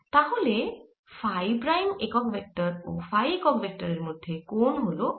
তাহলে phi prime একক vector ও ফাই একক ভেক্টরের মধ্যের কোণ হল এটি